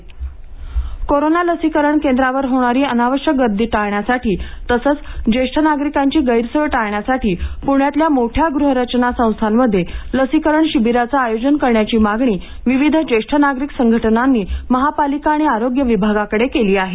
लसीकरण कोरोना लसीकरण केंद्रावर होणारी अनावश्यक गर्दी टाळण्यासाठी तसंच ज्येष्ठ नागरिकांची गैरसोय टाळण्यासाठी पुण्यातल्या मोठ्या गृहरचना संस्थांमध्ये लसीकरण शिबिरांचे आयोजन करण्याची मागणी विविध ज्येष्ठ नागरिक संघटनांनी महापालिका आणि आरोग्य विभागाकडे केली आहे